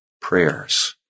prayers